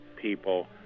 people